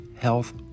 health